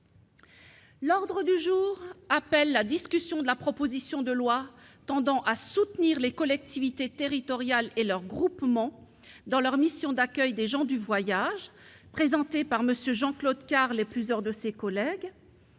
Les Républicains, de la discussion de la proposition de loi tendant à soutenir les collectivités territoriales et leurs groupements dans leur mission d'accueil des gens du voyage, présentée par M. Jean-Claude Carle et plusieurs de ses collègues,